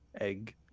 Egg